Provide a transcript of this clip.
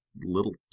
little